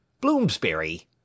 Bloomsbury